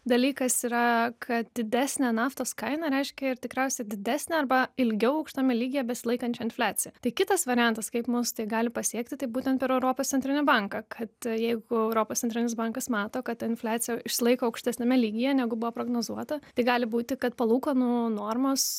dalykas yra kad didesnė naftos kaina reiškia ir tikriausiai didesnę arba ilgiau aukštame lygyje besilaikančią infliaciją tai kitas variantas kaip mus tai gali pasiekti tai būtent per europos centrinį banką kad jeigu europos centrinis bankas mato kad infliacija išsilaiko aukštesniame lygyje negu buvo prognozuota tai gali būti kad palūkanų normos